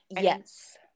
Yes